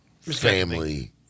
family